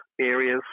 areas